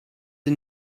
sie